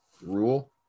rule